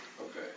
Okay